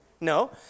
No